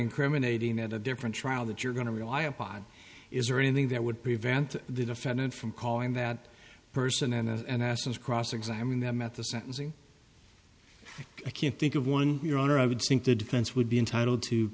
incriminating at a different trial that you're going to rely upon is there anything that would prevent the defendant from calling that person and asons cross examine them at the sentencing i can't think of one your honor i would think the defense would be entitled to